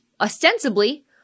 ostensibly